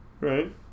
Right